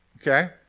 okay